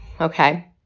Okay